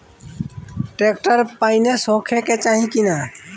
Tractor पाईनेस होखे के चाही कि ना?